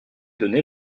donné